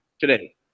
today